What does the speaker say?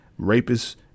rapists